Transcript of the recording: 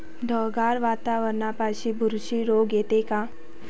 ढगाळ वातावरनापाई बुरशी रोग येते का?